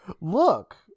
Look